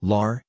Lar